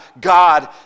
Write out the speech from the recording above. God